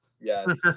Yes